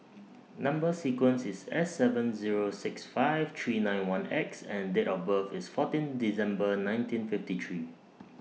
Number sequence IS S seven Zero six five three nine one X and Date of birth IS fourteen December nineteen fifty three